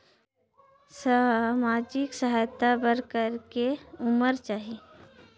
समाजिक सहायता बर करेके उमर चाही?